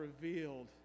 revealed